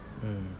mm